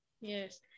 Yes